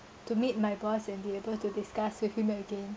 to meet my boss and be able to discuss with him again